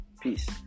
Peace